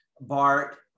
Bart